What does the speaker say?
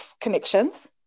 connections